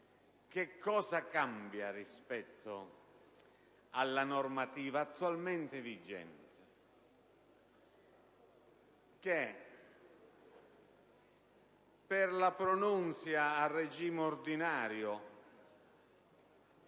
Cosa cambia rispetto alla normativa attualmente vigente? Cambia che per la pronunzia a regime ordinario